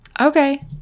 Okay